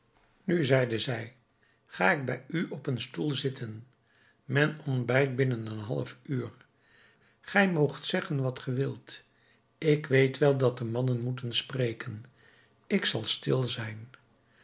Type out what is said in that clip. nu zeide zij ga ik bij u op een stoel zitten men ontbijt binnen een half uur gij moogt zeggen wat ge wilt ik weet wel dat de mannen moeten spreken ik zal stil zijn